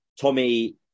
Tommy